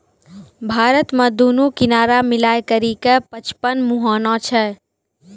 भारतो मे दुनू किनारा मिलाय करि के पचपन मुहाना छै